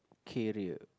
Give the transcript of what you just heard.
career